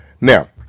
Now